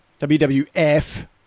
WWF